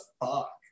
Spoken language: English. Fuck